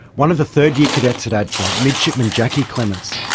one of the third-year cadets at adfa, midshipman jackie clements,